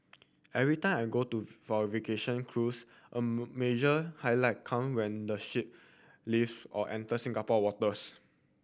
every time I go to for a vacation cruise a major highlight come when the ship leave or enters Singapore waters